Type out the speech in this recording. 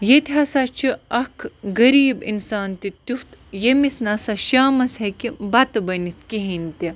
ییٚتہِ ہسا چھِ اَکھ غریٖب اِنسان تہِ تیُتھ ییٚمِس نہ سا شامَس ہیٚکہِ بَتہٕ بٔنِتھ کِہیٖنۍ تہِ